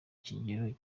kigero